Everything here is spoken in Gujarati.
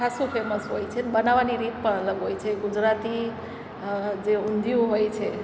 ખાસું ફેમસ હોય છે બનાવવાની રીત પણ અલગ હોય છે ગુજરાતી જે ઊંધિયું હોય છે